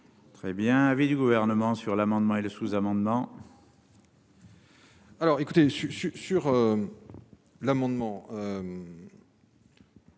Très bien, avait du gouvernement sur l'amendement et le sous-amendement.